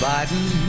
Biden